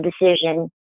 decision